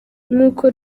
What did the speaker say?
nkuko